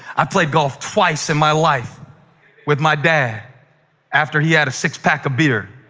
i played golf twice in my life with my dad after he had a six-pack of beer,